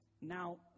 now